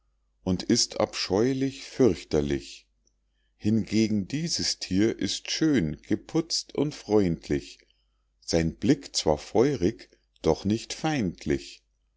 und ist abscheulich fürchterlich hingegen dieses thier ist schön geputzt und freundlich sein blick zwar feurig doch nicht feindlich